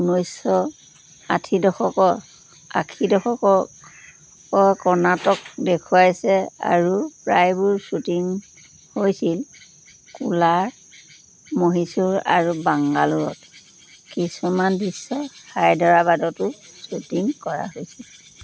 ঊনৈছশ ষাঠি দশকৰ আশী দশকৰ কৰ্ণাটক দেখুৱাইছে আৰু প্ৰায়বোৰ শ্বুটিং হৈছিল কোলাৰ মহীশূৰ আৰু বাংগালোৰত কিছুমান দৃশ্য হায়দৰাবাদতো শ্বুটিং কৰা হৈছিল